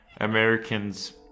Americans